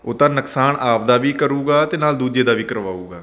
ਉਹ ਤਾਂ ਨੁਕਸਾਨ ਆਪਦਾ ਵੀ ਕਰੂਗਾ ਅਤੇ ਨਾਲ ਦੂਜੇ ਦਾ ਵੀ ਕਰਵਾਊਗਾ